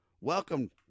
Welcome